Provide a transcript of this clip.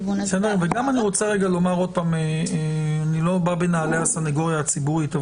אני לא בא בנעלי הסניגוריה הציבורית,